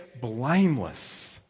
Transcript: blameless